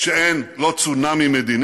שאין לא צונאמי מדיני